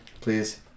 please